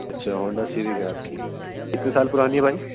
اچھا Honda series ہے آپ کی کتنے سال پرانی ہے بھائی